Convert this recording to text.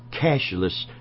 cashless